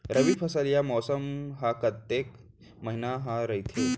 रबि फसल या मौसम हा कतेक महिना हा रहिथे?